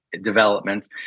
developments